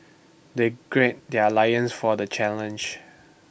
they gird their lions for the challenge